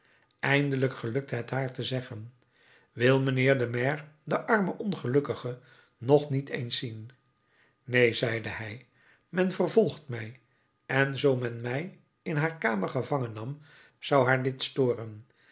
eindelijk gelukte het haar te zeggen wil mijnheer de maire de arme ongelukkige nog niet eens zien neen zeide hij men vervolgt mij en zoo men mij in haar kamer gevangen nam zou haar dit storen